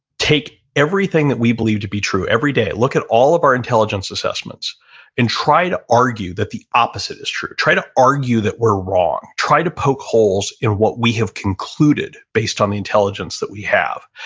take everything that we believe to be true every day. look at all of our intelligence assessments and try to argue that the opposite is true. try to argue that we're wrong. try to poke holes in what we have concluded based on the intelligence that we have.